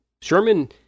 Sherman